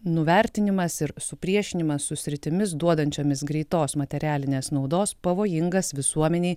nuvertinimas ir supriešinimas su sritimis duodančiomis greitos materialinės naudos pavojingas visuomenei